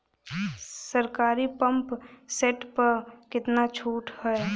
सरकारी pump set प कितना छूट हैं?